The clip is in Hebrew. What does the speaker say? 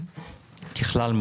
ככלל,